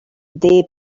they